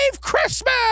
Christmas